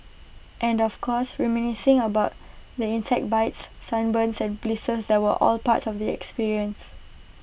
and of course reminiscing about the insect bites sunburn and blisters that were all part of the experience